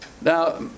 Now